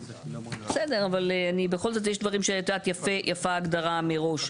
בסדר, אבל בכל זאת יש דברים שיפה ההגדרה מראש.